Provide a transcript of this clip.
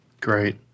Great